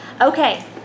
Okay